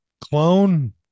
clone